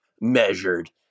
measured